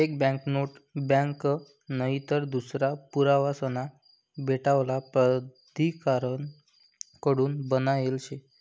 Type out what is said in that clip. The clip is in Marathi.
एक बँकनोट बँक नईतर दूसरा पुरावासना भेटावर प्राधिकारण कडून बनायेल शे